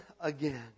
again